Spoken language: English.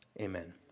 amen